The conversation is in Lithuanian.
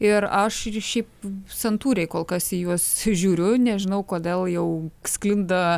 ir aš ir šiaip santūriai kol kas į juos žiūriu nežinau kodėl jau sklinda